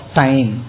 time